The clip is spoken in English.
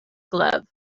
glove